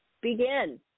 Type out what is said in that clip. begin